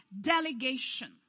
delegation